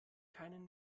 keinen